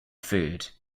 food